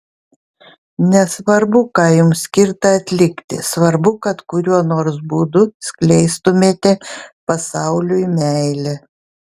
nesvarbu ką jums skirta atlikti svarbu kad kuriuo nors būdu skleistumėte pasauliui meilę